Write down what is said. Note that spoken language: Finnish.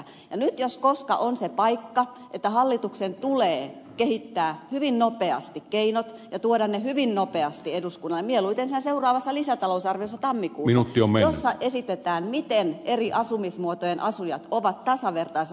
nyt jos koska on se paikka että hallituksen tulee kehittää hyvin nopeasti keinot ja tuoda ne hyvin nopeasti eduskunnalle ja mieluiten siinä seuraavassa lisätalousarviossa tammikuussa joissa esitetään miten eri asumismuotojen asujat ovat tasavertaisessa asemassa